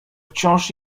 wciąż